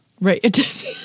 Right